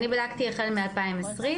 אני בדקתי החל מ-2020,